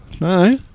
No